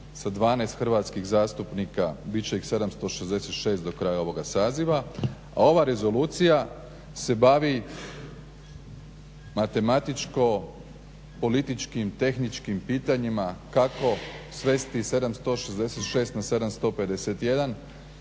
sa 12 hrvatskih zastupnika bit će ih 766 do kraja ovoga saziva, a ova rezolucija se bavi matematičko-političkim tehničkim pitanjima kako svesti 766 na 751